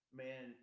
man